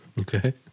okay